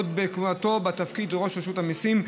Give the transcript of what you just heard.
עוד בכהונתו בתפקיד ראש רשות המיסים,